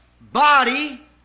body